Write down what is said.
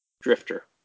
Drifter